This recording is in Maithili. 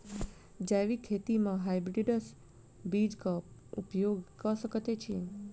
जैविक खेती म हायब्रिडस बीज कऽ उपयोग कऽ सकैय छी?